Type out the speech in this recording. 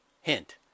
Hint